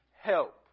help